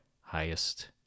highest